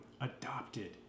adopted